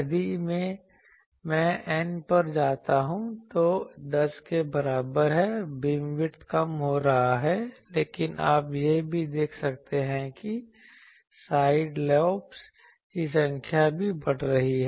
यदि मैं N पर जाता हूं तो 10 के बराबर है बीमविड्थ कम हो रहा है लेकिन आप यह भी देख सकते हैं कि साइड लॉब की संख्या भी बढ़ रही है